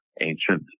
ancient